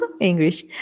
english